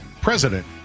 president